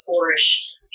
flourished